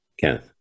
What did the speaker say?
Kenneth